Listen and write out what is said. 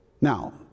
Now